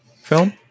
film